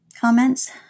comments